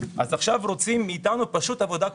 עכשיו רוצים מאיתנו פשוט עבודה כפולה,